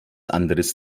anderes